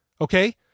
Okay